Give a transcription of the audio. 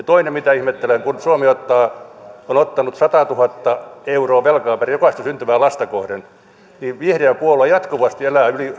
toinen mitä ihmettelen kun suomi on ottanut satatuhatta euroa velkaa jokaista syntyvää lasta kohden niin vihreä puolue jatkuvasti